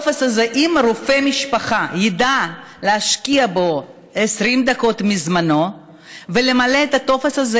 אם רופא המשפחה ידע להשקיע בו 20 דקות מזמנו ולמלא את הטופס הזה,